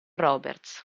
roberts